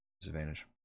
disadvantage